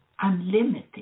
unlimited